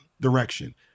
direction